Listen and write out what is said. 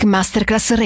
Masterclass